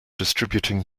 distributing